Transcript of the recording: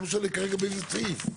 לא משנה כרגע באיזה סעיף.